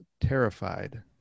terrified